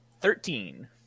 Thirteen